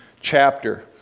chapter